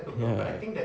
ya